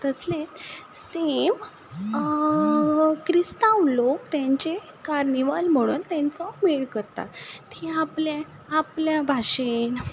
तसले सेम क्रिस्तांव लोक तांचे कार्निवल म्हणून तांचो मेळ करता तीं आपलें आपल्या भाशेन